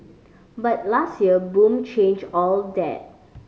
but last year boom changed all that